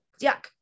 yuck